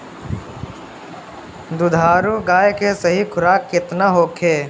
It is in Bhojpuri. दुधारू गाय के सही खुराक केतना होखे?